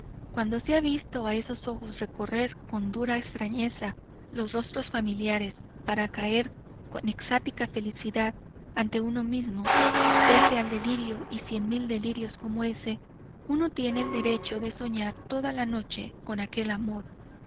cuando se ha visto a esos ojos recorrer con dura extrañeza los rostros familiares para caer en extática felicidad ante uno mismo pese al delirio y cien mil delirios como ese uno tiene el derecho de soñar toda la noche con aquel amor o